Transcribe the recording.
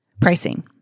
Pricing